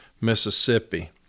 Mississippi